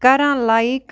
کران لایک